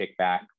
kickback